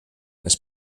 this